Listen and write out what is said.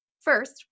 First